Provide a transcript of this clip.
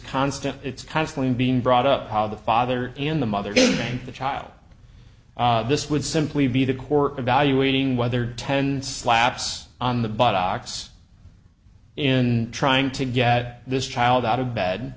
constant it's constantly being brought up the father in the mother the child this would simply be the court evaluating whether ten slaps on the box in trying to get this child out of bed